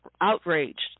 outraged